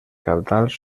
cabdals